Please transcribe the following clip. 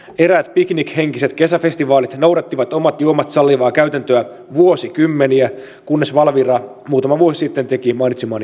eräät piknikhenkiset kesäfestivaalit noudattivat omat juomat sallivaa käytäntöä vuosikymmeniä kunnes valvira muutama vuosi sitten teki mainitsemani huomautuksen asiasta